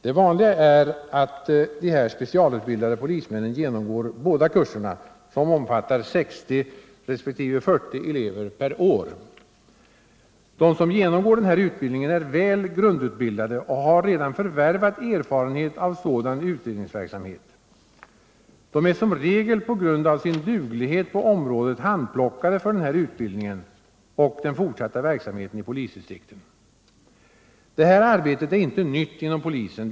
Det vanliga är att dessa specialutbildade polismän genomgår båda kurserna, som omfattar 60 resp. 40 elever per år. De som genomgår denna utbildning är väl grundutbildade och har redan förvärvat erfarenhet av sådan utredningsverksamhet. De är som regel på grund av sin duglighet på området handplockade för utbildningen och den fortsatta verksamheten i polisdistrikten. Det här arbetet är inte nytt inom polisen.